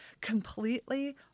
completely